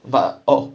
but oh